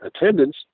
attendance